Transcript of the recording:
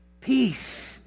peace